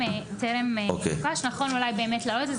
אולי נכון להעלות את זה,